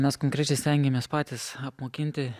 mes konkrečiai stengiamės patys apmokinti